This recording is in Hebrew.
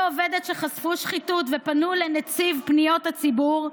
עובדת חשפו שחיתות ופנו לנציב פניות ציבור,